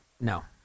No